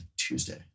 Tuesday